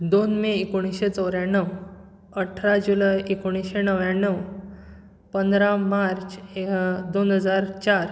दोन मे एकुणेशें चद्याण्णव अठरा जुलै एकुणेशें णव्याण्णव पंदरा मार्च एक दोन हजार चार